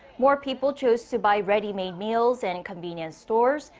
more people chose to buy ready-made meals and in convenience stores.